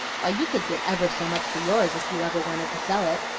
why, you could get ever so much for yours if you ever wanted to sell it.